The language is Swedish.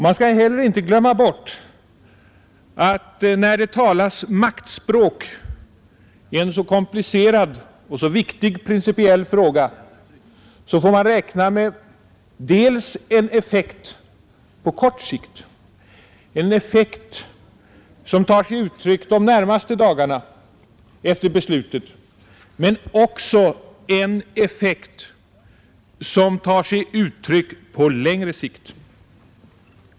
Man skall inte glömma bort att när det talas maktspråk i en så komplicerad och så viktig principiell fråga får man räkna med dels en effekt på kort sikt — en effekt som tar sig uttryck de närmaste dagarna efter beslutet — dels också en effekt som tar sig uttryck på längre sikt.